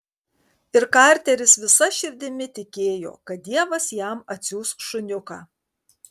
ir karteris visa širdimi tikėjo kad dievas jam atsiųs šuniuką